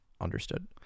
Understood